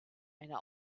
einer